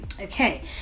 Okay